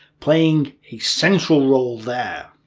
playing a central role there.